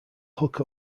hook